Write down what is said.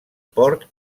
port